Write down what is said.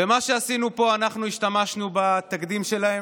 מה שעשינו פה הוא שאנחנו השתמשנו בתקדים שלהם,